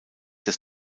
des